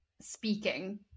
speaking